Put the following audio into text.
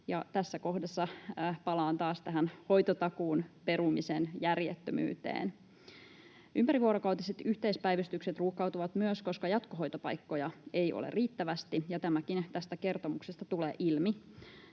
Tässä kohdassa palaan taas tähän hoitotakuun perumisen järjettömyyteen. Ympärivuorokautiset yhteispäivystykset ruuhkautuvat myös, koska jatkohoitopaikkoja ei ole riittävästi, ja tämäkin tästä kertomuksesta tulee ilmi.